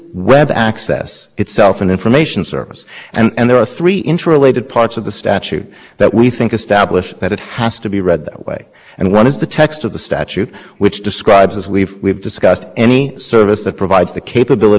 and when a customer retrieves a page from wikipedia or acquires information about the weather from weather dot com or makes available it's her information on a web page that is doing what an information service offers but these words weren't just put there in isolation there's a